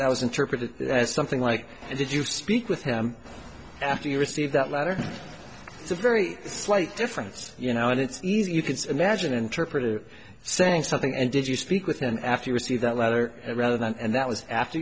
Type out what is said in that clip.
that was interpreted as something like did you speak with him after you receive that letter it's a very slight difference you know and it's easy you can imagine interpreter saying something and did you speak with him after you see that letter and read it and that was after